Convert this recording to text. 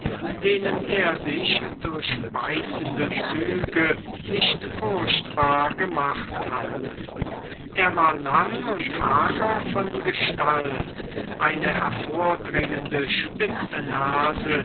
denen er sich durch beißende züge nicht furchtbar gemacht hatte er war lang und hager von gestalt eine hervordringende spitze nase